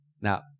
Now